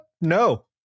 No